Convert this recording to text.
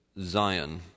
Zion